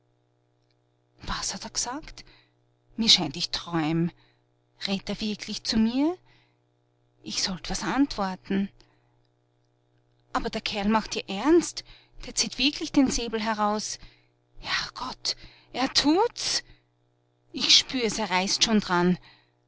was hat er g'sagt mir scheint ich träum red't er wirklich zu mir ich sollt was antworten aber der kerl macht ja ernst der zieht wirklich den säbel heraus herrgott er tut's ich spür's er reißt schon d'ran